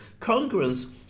congruence